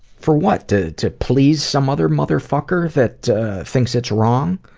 for what? to to please some other motherfucker that thinks it's wrong?